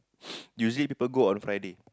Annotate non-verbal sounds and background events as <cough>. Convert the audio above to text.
<breath> usually people go on Friday